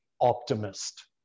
optimist